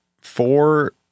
four